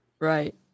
Right